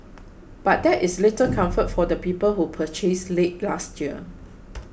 but that is little comfort for the people who purchased late last year